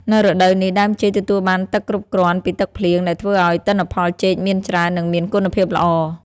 នៅរដូវនេះ ដើមចេកទទួលបានទឹកគ្រប់គ្រាន់ពីទឹកភ្លៀង ដែលធ្វើឲ្យទិន្នផលចេកមានច្រើន និងមានគុណភាពល្អ។